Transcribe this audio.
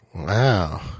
Wow